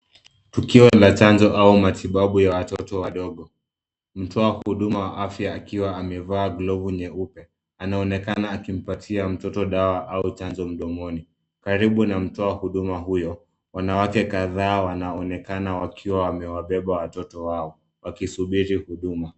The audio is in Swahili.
Tukio la chanjo au matibabu ya watoto wadogo. Mtoa huduma wa afya akiwa amevaa glovu nyeupe. Anaonekana akimpatia mtoto dawa au chanjo mdomoni. Karibu na mtoa huduma huyo wanawake kadhaa wanaonekana wakiwa wamewabeba watoto wao wakisubiri huduma